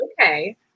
okay